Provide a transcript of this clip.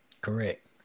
Correct